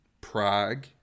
Prague